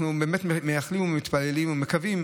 אנחנו באמת מייחלים ומתפללים ומקווים